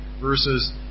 verses